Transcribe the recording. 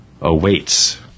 awaits